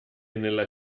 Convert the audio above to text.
nella